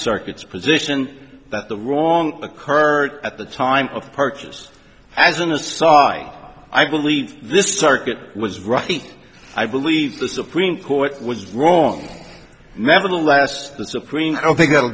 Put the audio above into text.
circuit's position that the wrong occurred at the time of purchase as an aside i believe this circuit was right i believe the supreme court was wrong nevertheless the supreme court i think